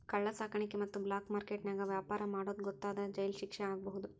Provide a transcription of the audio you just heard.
ಕಳ್ಳ ಸಾಕಾಣಿಕೆ ಮತ್ತ ಬ್ಲಾಕ್ ಮಾರ್ಕೆಟ್ ನ್ಯಾಗ ವ್ಯಾಪಾರ ಮಾಡೋದ್ ಗೊತ್ತಾದ್ರ ಜೈಲ್ ಶಿಕ್ಷೆ ಆಗ್ಬಹು